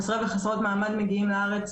חסרי וחסרות מעמד מגיעים לארץ